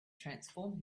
transform